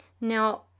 Now